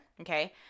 Okay